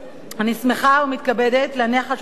אני שמחה ומתכבדת להניח על שולחן הכנסת,